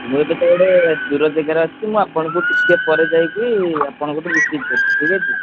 ମୁଁ ଏବେ ତା'ହେଲେ ଦୂର ଜାଗାରେ ଅଛି ମୁଁ ଆପଣଙ୍କୁ ଟିକେ ପରେ ଯାଇକି ଆପଣଙ୍କଠୁ ରିସିଭ୍ କରିବି ଠିକ୍ ଅଛି